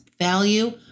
value